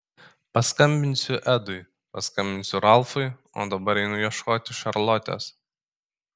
paskambinsiu edui paskambinsiu ralfui o dabar einu ieškoti šarlotės